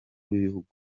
b’ibihugu